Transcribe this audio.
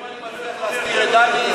אם אני מצליח להסתיר את דני,